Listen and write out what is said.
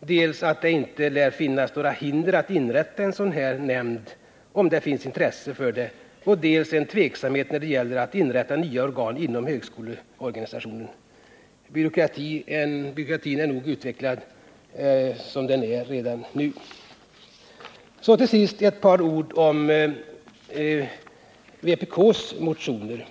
dels för att det inte lär finnas några hinder att inrätta en sådan här nämnd om det finns intresse för en sådan, dels för den tveksamhet som finns när det gäller att inrätta nya organ inom högskoleorganisationen. Byråkratin är nog utvecklad som den redan nu är. Till sist ett par ord om vpk:s motioner.